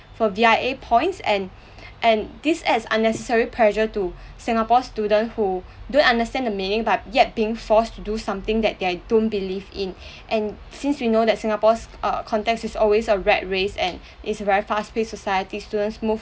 for V_I_A points and and this adds unnecessary pressure to singapore students who don't understand the meaning but yet being forced to do something that they don't believe in and since we know that singapore's uh context is always a rat race and is a very fast-paced society students move